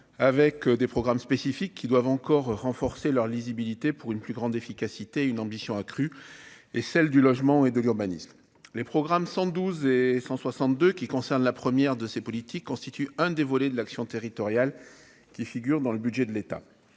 avec des programmes spécifiques qui doivent encore renforcer leur lisibilité pour une plus grande efficacité, une ambition accrue et celle du logement et de l'urbanisme, les programmes 112 et 162 qui concerne la première de ces politiques constitue un des volets de l'action territorial qui figure dans le budget de l'État